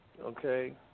Okay